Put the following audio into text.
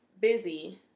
busy